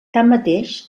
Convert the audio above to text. tanmateix